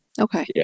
Okay